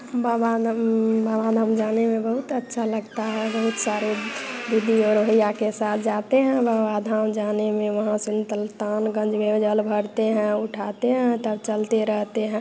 बाबा धाम बाबा धाम जाने में बहुत अच्छा लगता है बहुत सारे दीदी और भैया के साथ जाते हैं बाबा धाम जाने में वहाँ से सुल्तानगंज में जल भरते हैं उठाते हैं तब चलते रहते हैं